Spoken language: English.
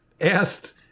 asked